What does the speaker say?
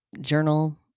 journal